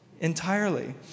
entirely